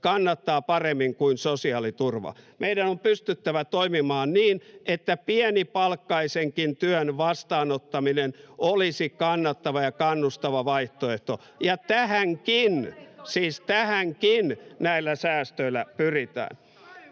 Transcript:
kannattaa paremmin kuin sosiaaliturva. Meidän on pystyttävä toimimaan niin, että pienipalkkaisenkin työn vastaanottaminen olisi kannattava ja kannustava vaihtoehto, [Li Andersson: Suojaosien poisto toimii tätä